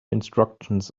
instructions